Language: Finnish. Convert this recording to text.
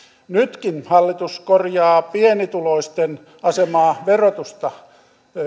nytkin hallitus korjaa pienituloisten asemaa verotusta